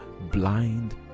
blind